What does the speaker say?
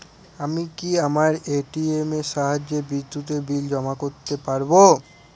আমি কি আমার এ.টি.এম এর সাহায্যে বিদ্যুতের বিল জমা করতে পারব?